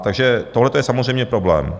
Takže tohle je samozřejmě problém.